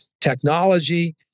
technology